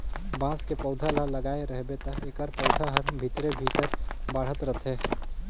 बांस के पउधा ल लगाए रहबे त एखर पउधा हर भीतरे भीतर बढ़ात रथे